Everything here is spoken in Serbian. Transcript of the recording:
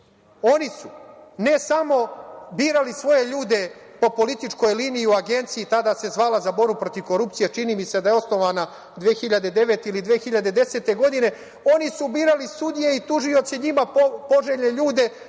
su ne samo birali svoje ljude po političkoj liniji u Agenciji, tada se zvala – za borbu protiv korupcije, čini mi se da je osnovana 2009. ili 2010. godine, oni su birali sudije i tužioce njima poželjne ljude